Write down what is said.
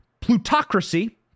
plutocracy